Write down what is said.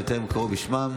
שטרם קראו בשמם?